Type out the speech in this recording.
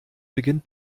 beginnt